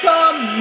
Come